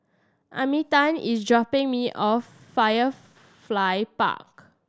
Arminta is dropping me off Firefly Park